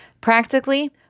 Practically